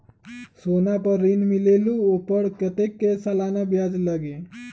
सोना पर ऋण मिलेलु ओपर कतेक के सालाना ब्याज लगे?